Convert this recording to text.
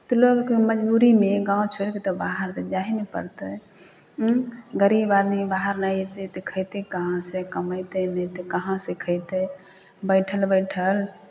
तऽ लोकके मजबूरीमे गाँव छोड़ि कऽ तऽ बाहर तऽ जा ही ने पड़तै गरीब आदमी बाहर नहि जयतै तऽ खयतै कहाँसँ कमेतै नहि तऽ कहाँसँ खयतै बैठल बैठल